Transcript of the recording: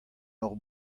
hor